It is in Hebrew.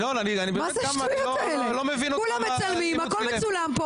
מה זה השטויות האלה, הכול מצולם כאן.